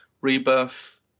Rebirth